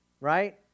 right